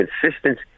consistent